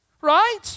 right